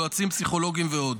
יועצים פסיכולוגיים ועוד.